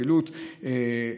שילוט,